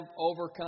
overcome